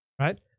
right